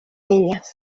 elles